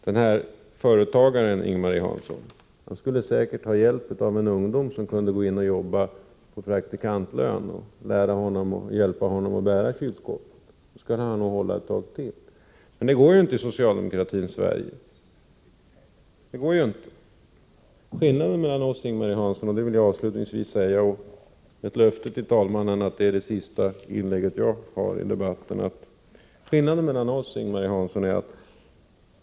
Den där företagaren Ing-Marie Hansson talade om skulle säkert vara hjälpt av en ungdom som kunde lära sig jobbet med praktikantlön och hjälpa honom att bära kylskåp — då skulle han nog hålla ett tag till. Men det går ju inte i socialdemokratins Sverige! Avslutningsvis vill jag tala om för Ing-Marie Hansson — det är mitt löfte till talmannen att detta är mitt sista inlägg i debatten — var skillnaden ligger mellan oss.